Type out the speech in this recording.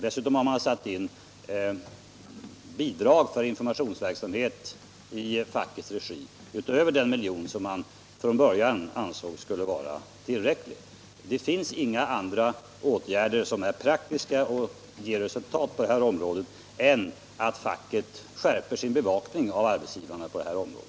Dessutom har man satt in bidrag för informationsverksamhet i fackets regi utöver den miljon som man från början ansåg skulle vara tillräcklig. Det finns inga andra åtgärder, som är praktiska och ger resultat, än att facket skärper sin bevakning av arbetsgivarna på det här området.